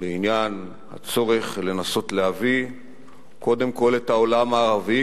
בעניין הצורך לנסות להביא קודם כול את העולם הערבי,